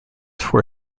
four